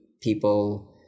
people